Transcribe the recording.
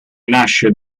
nasce